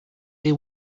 they